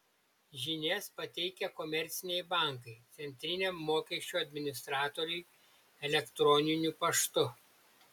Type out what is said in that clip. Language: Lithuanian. žinias pateikia komerciniai bankai centriniam mokesčių administratoriui elektroniniu paštu